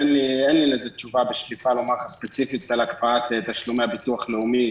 אין לי לזה תשובה בשליפה לומר ספציפית על הקפאת תשלומי הביטוח הלאומי